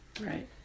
Right